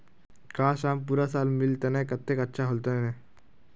काश, आम पूरा साल मिल तने कत्ते अच्छा होल तने